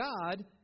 God